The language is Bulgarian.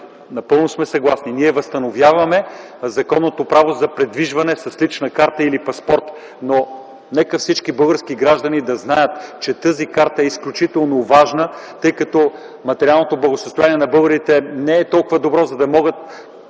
напълно съгласни. Ние възстановяваме законното право за придвижване с лична карта или паспорт, но нека всички български граждани да знаят, че тази карта е изключително важна. Материалното състояние на българите не е толкова добро, за да могат